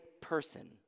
person